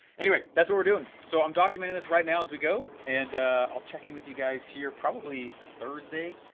anyway, that's what we're doing. so i'm documenting this right now as we go, and i'll check in with you guys here, probably thursday,